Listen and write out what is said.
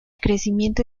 crecimiento